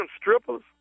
strippers